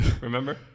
Remember